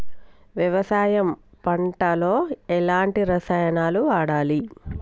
వ్యవసాయం పంట లో ఎలాంటి రసాయనాలను వాడాలి?